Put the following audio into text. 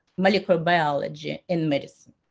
molecular biology and medicine.